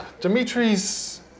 Dimitri's